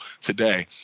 today